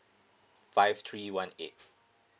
five three one eight